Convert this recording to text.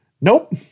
Nope